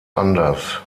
anders